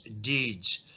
deeds